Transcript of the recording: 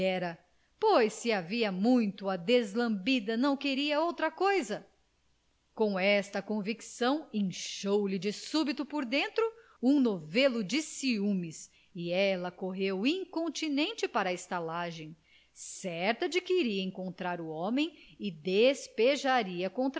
pudera pois se havia muito a deslambida não queria outra coisa com esta convicção inchou lhe de súbito por dentro um novelo de ciúmes e ela correu incontinenti para a estalagem certa de que iria encontrar o homem e despejaria